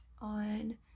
on